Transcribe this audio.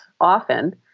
often